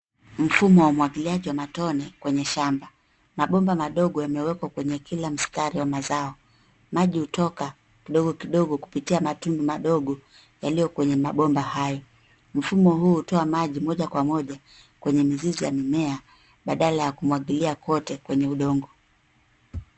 Mfumo wa umwagiliaji wa matone kwenye shamba. Mabomba madogo yamewekwa kwenye kila mstari wa mazao. Maji hutoka, kidogo kidogo kupitia matindu madogo yaliyo kwenye mabomba hayo. Mfumo huu hutoa maji moja kwa moja, kwenye mizizi ya mimea, badala ya kumwagilia kwote kwenye udongo.